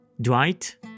Dwight